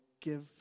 give